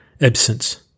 absence